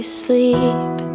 sleep